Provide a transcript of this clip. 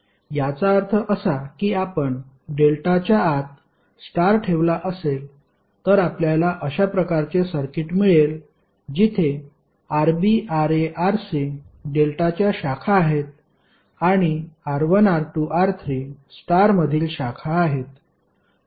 याचा अर्थ असा की आपण डेल्टाच्या आत स्टार ठेवला असेल तर आपल्याला अशा प्रकारचे सर्किट मिळेल जिथे Rb Ra Rc डेल्टाच्या शाखा आहेत आणि R1 R2 R3 स्टार मधील शाखा आहेत